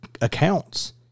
accounts